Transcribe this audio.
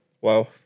Wow